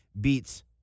beats